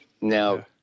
Now